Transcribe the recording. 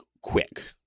quick